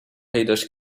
پیداش